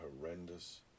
horrendous